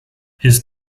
his